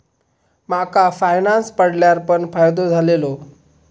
माका फायनांस पडल्यार पण फायदो झालेलो